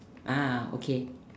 ah okay